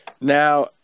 Now